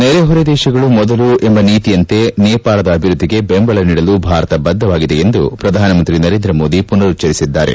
ನೆರೆಹೊರೆ ದೇಶಗಳು ಮೊದಲು ಎಂಬ ನೀತಿಯಂತೆ ನೇಪಾಳದ ಅಭಿವೃದ್ಲಿಗೆ ಬೆಂಬಲ ನೀಡಲು ಭಾರತ ಬದ್ದವಾಗಿದೆ ಎಂದು ಪ್ರಧಾನಮಂತ್ರಿ ನರೇಂದ್ರ ಮೋದಿ ಪುನರುಚ್ಲರಿಸಿದ್ದಾರೆ